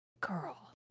Girl